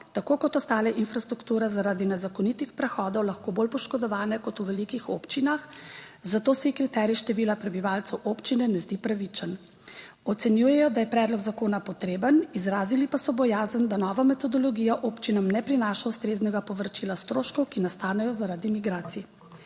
tako kot ostale infrastrukture, zaradi nezakonitih prehodov lahko bolj poškodovane kot v velikih občinah, zato se kriterij števila prebivalcev občine ne zdi pravičen. Ocenjujejo, da je predlog zakona potreben, izrazili pa so bojazen, da nova metodologija občinam ne prinaša ustreznega povračila stroškov, ki nastanejo, zaradi migracij.